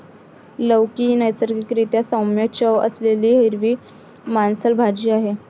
लौकी ही नैसर्गिक रीत्या सौम्य चव असलेली हिरवी मांसल भाजी आहे